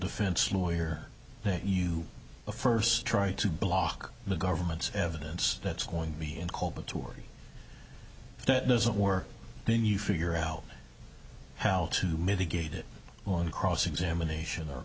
defense lawyer that you first try to block the government's evidence that's going to be in call but tory if that doesn't work then you figure out how to mitigate it on cross examination or